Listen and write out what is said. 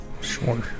Sure